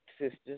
sisters